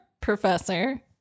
professor